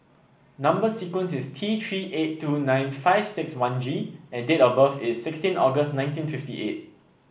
number sequence is T Three eight two nine five six one G and date of birth is sixteen August nineteen fifty eight